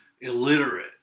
illiterate